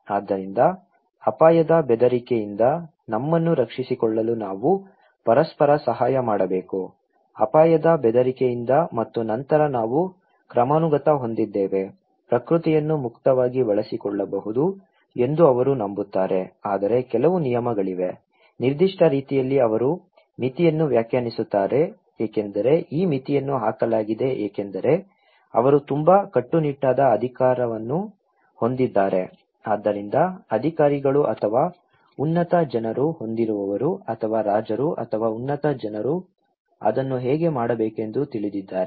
ಆದ್ದರಿಂದ ಅಪಾಯದ ಬೆದರಿಕೆಯಿಂದ ನಮ್ಮನ್ನು ರಕ್ಷಿಸಿಕೊಳ್ಳಲು ನಾವು ಪರಸ್ಪರ ಸಹಾಯ ಮಾಡಬೇಕು ಅಪಾಯದ ಬೆದರಿಕೆಯಿಂದ ಮತ್ತು ನಂತರ ನಾವು ಕ್ರಮಾನುಗತ ಹೊಂದಿದ್ದೇವೆ ಪ್ರಕೃತಿಯನ್ನು ಮುಕ್ತವಾಗಿ ಬಳಸಿಕೊಳ್ಳಬಹುದು ಎಂದು ಅವರು ನಂಬುತ್ತಾರೆ ಆದರೆ ಕೆಲವು ನಿಯಮಗಳಿವೆ ನಿರ್ದಿಷ್ಟ ರೀತಿಯಲ್ಲಿ ಅವರು ಮಿತಿಯನ್ನು ವ್ಯಾಖ್ಯಾನಿಸುತ್ತಾರೆ ಏಕೆಂದರೆ ಈ ಮಿತಿಯನ್ನು ಹಾಕಲಾಗಿದೆ ಏಕೆಂದರೆ ಅವರು ತುಂಬಾ ಕಟ್ಟುನಿಟ್ಟಾದ ಅಧಿಕಾರವನ್ನು ಹೊಂದಿದ್ದಾರೆ ಆದ್ದರಿಂದ ಅಧಿಕಾರಿಗಳು ಅಥವಾ ಉನ್ನತ ಜನರು ಹೊಂದಿರುವವರು ಅಥವಾ ರಾಜರು ಅಥವಾ ಉನ್ನತ ಜನರು ಅದನ್ನು ಹೇಗೆ ಮಾಡಬೇಕೆಂದು ತಿಳಿದಿದ್ದಾರೆ